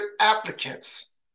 applicants